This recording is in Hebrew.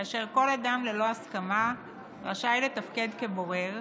כאשר כל אדם ללא הסמכה רשאי לתפקד כבורר